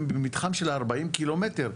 זה מתחם של 40 ק"מ.